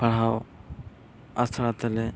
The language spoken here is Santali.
ᱯᱟᱲᱦᱟᱣ ᱟᱥᱲᱟ ᱛᱮᱞᱮ